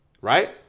Right